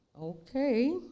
Okay